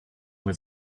with